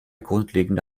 grundlegende